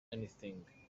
anything